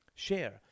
share